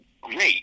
great